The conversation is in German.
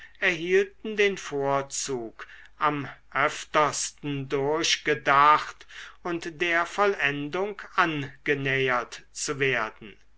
erhielten den vorzug am öftersten durchgedacht und der vollendung angenähert zu werden